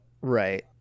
Right